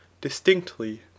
Distinctly